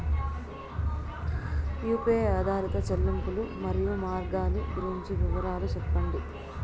UPI ఆధారిత చెల్లింపులు, మరియు మార్గాలు గురించి వివరాలు సెప్పండి?